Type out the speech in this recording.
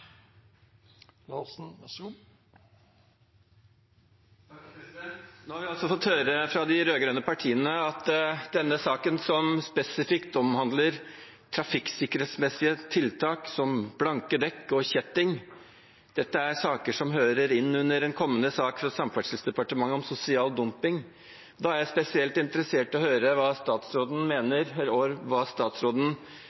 de rød-grønne partiene at denne saken, som spesifikt omhandler trafikksikkerhetsmessige tiltak som blanke dekk og kjetting, er saker som hører inn under en kommende sak fra Samferdselsdepartementet om sosial dumping. Da er jeg spesielt interessert i å høre hva statsråden